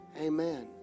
Amen